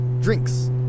Drinks